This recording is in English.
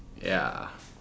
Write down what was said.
ya